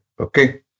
Okay